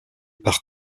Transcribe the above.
par